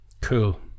Cool